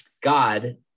God